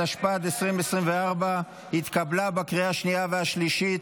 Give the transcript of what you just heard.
התשפ"ד 2024, התקבלה בקריאה השנייה והשלישית,